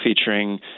featuring